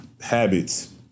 habits